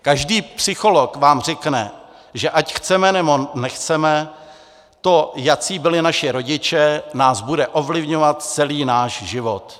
Každý psycholog vám řekne, že ať chceme, nebo nechceme, to, jací byli naši rodiče, nás bude ovlivňovat celý náš život.